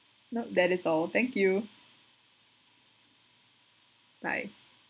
no that is all thank you bye